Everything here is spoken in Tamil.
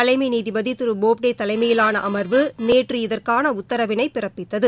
தலைமை நீதிபதி திரு போப்டே தலைமையிலான அமர்வு நேற்று இதற்கான பிறப்பித்தது